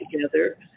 together